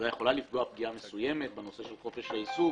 ודאי יכולה לפגוע פגיעה מסוימת בנושא חופש העיסוק